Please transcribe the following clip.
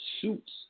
suits